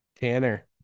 Tanner